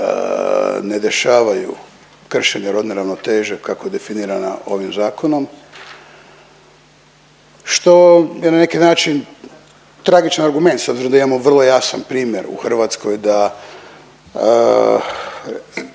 ne dešavaju kršenja rodne ravnoteže kako je definirana ovim zakonom, što je na neki način tragičan argument s obzirom da imamo vrlo jasan primjer u Hrvatskoj da